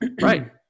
right